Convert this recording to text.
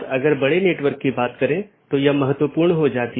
ये IBGP हैं और बहार वाले EBGP हैं